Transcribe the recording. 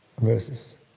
verses